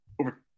over